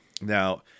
now